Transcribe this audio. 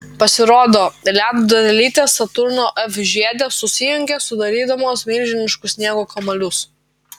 pasirodo ledo dalelytės saturno f žiede susijungia sudarydamos milžiniškus sniego kamuolius